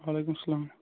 وعلیکم السلام